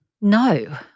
No